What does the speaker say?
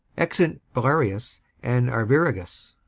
exeunt belarius and arviragus